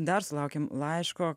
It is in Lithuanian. dar sulaukėm laiško